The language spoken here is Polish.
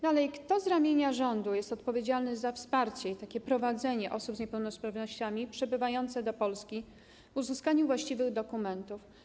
Dalej: Kto z ramienia rządu jest odpowiedzialny za wsparcie i prowadzenie osób z niepełnosprawnościami przybywających do Polski w dążeniu do uzyskania właściwych dokumentów?